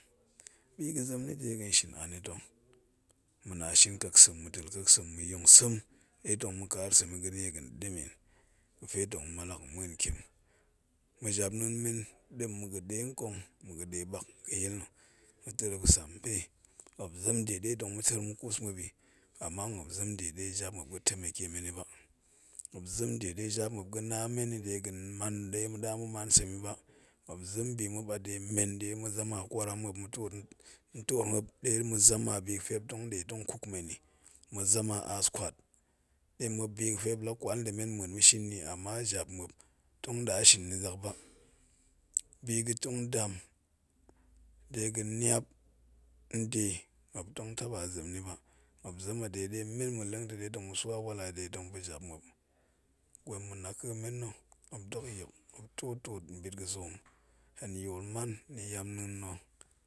Bi ga̱ zem na̱ de ga̱nshin anita̱ ma̱ nashin keksem, ma̱telkek sem, ma̱ yong sem de tong ma̱ kaarsem mi a biga̱dem, ga̱fe tong ma̱ leng yi ntiem, mijapna̱a̱n men ma̱ ga̱ de bak, dem ga̱yil ga̱san pe zem de, ɗe tong mu kus muop i, amma ma̱ zem ba, kuma muop zem de ɗe jap muop ga̱ tema ke men ba, muop zem de jap muop ga na mew de ma̱ man sem iba, muop zem a de ma̱ zama a kwaram muop, de ma̱ zama a 'ass kwat de muop, bi ga̱fe muop la kwal nda̱ men de ma̱ bi die muop i, amma jap muop tong da shin ni zak ba, bi ga̱ tong dan de ga̱niap nde, muop tong taba zem ni ba, muop zem a de, ɗe men ma̱ de ta̱ tong ma̱ swa walla yi ma̱ pa jap muop, gwan ma̱ naka̱ mem nna̱ muop tuot tuot nzoom lum yol man ni,